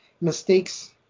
mistakes